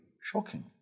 shocking